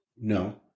No